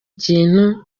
kintu